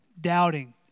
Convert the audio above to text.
doubting